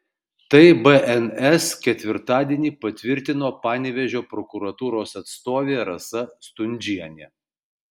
tai bns ketvirtadienį patvirtino panevėžio prokuratūros atstovė rasa stundžienė